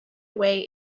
way